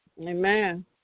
Amen